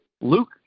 Luke